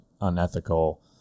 unethical